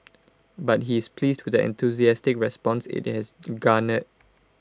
but he is pleased with the enthusiastic response IT has garnered